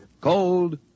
Cold